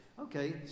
Okay